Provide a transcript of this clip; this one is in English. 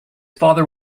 father